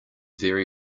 very